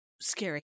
scary